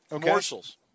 morsels